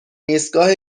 ایستگاه